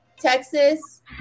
Texas